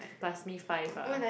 like plus me five ah